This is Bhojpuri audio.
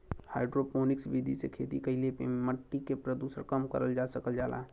हाइड्रोपोनिक्स विधि से खेती कईले पे मट्टी के प्रदूषण कम करल जा सकल जाला